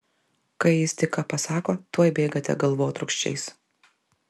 kai jis tik ką pasako tuoj bėgate galvotrūkčiais